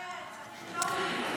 כן --- ג'ובים.